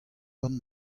gant